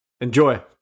Enjoy